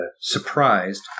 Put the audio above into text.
surprised